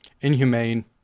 inhumane